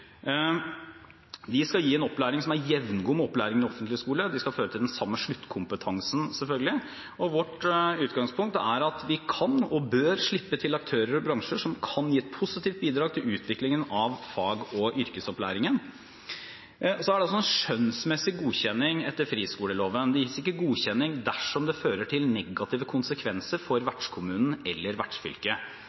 skal gi en opplæring som er jevngod med opplæringen i offentlig skole. De skal føre til den samme sluttkompetansen, selvfølgelig. Og vårt utgangspunkt er at vi kan og bør slippe til aktører og bransjer som kan gi et positivt bidrag til utviklingen av fag- og yrkesopplæringen. Det er skjønnsmessig godkjenning etter friskoleloven. Det gis ikke godkjenning dersom det fører til negative konsekvenser for vertskommunen eller